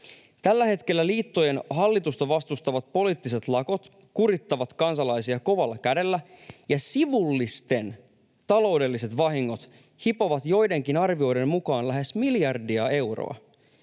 Tällä hetkellä liittojen hallitusta vastustavat poliittiset lakot kurittavat kansalaisia kovalla kädellä ja sivullisten taloudelliset vahingot hipovat joidenkin arvioiden mukaan lähes miljardia euroa,